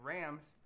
Rams